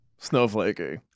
snowflakey